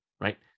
right